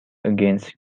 against